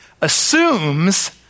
assumes